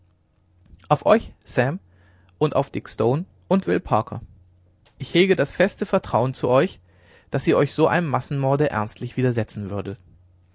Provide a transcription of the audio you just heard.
auf euch sam und auch auf dick stone und will parker ich hege das feste vertrauen zu euch daß ihr euch so einem massenmorde ernstlich widersetzen würdet